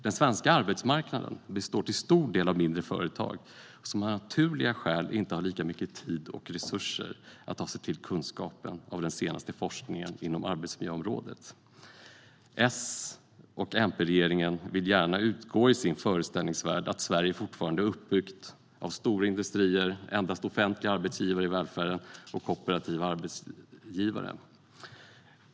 Den svenska arbetsmarknaden består till stor del av mindre företag, som av naturliga skäl inte har lika mycket tid och resurser att ta till sig kunskapen från den senaste forskningen inom arbetsmiljöområdet. S och MP-regeringen vill i sin föreställningsvärld gärna utgå ifrån att Sverige fortfarande är uppbyggt av stora industrier och att det endast finns offentliga arbetsgivare i välfärden och kooperativa arbetsgivare.